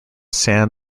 san